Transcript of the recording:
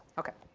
okay.